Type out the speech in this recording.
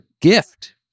gift